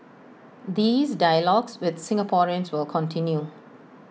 these dialogues with Singaporeans will continue